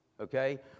Okay